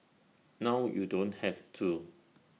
now you don't have to